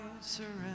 surrender